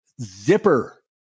Zipper